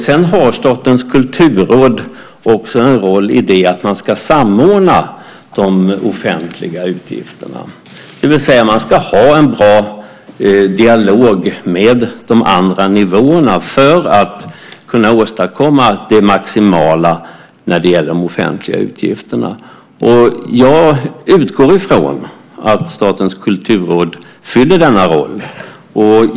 Sedan har Statens kulturråd också en roll i det att man ska samordna de offentliga utgifterna, det vill säga att man ska ha en bra dialog med de andra nivåerna för att kunna åstadkomma det maximala när det gäller de offentliga utgifterna. Jag utgår från att Statens kulturråd fyller denna roll.